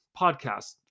podcast